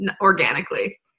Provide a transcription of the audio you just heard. organically